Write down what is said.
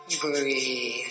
breathe